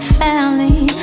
family